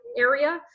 area